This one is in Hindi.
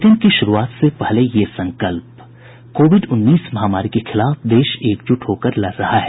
बुलेटिन की शुरूआत से पहले ये संकल्प कोविड उन्नीस महामारी के खिलाफ देश एकजुट होकर लड़ रहा है